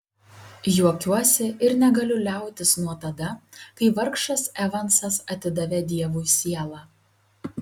juokiuosi ir negaliu liautis nuo tada kai vargšas evansas atidavė dievui sielą